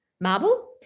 marble